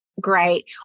Great